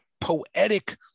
poetic